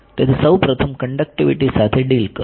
તેથી સૌ પ્રથમ કંડકટીવીટી સાથે ડીલ કરવું